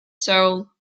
soul